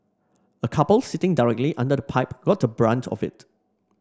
a couple sitting directly under the pipe got the brunt of it